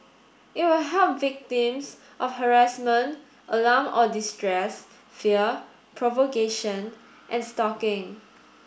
it will help victims of harassment alarm or distress fear provocation and stalking